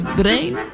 brain